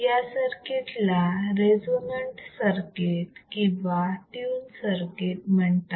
या सर्किट ला resonant circuit किंवा ट्यून सर्किट म्हणतात